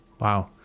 Wow